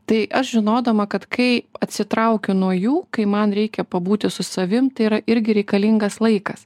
tai aš žinodama kad kai atsitraukiu nuo jų kai man reikia pabūti su savim tai yra irgi reikalingas laikas